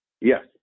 Yes